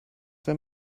wenn